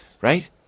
right